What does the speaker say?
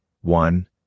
one